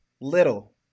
little